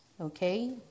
okay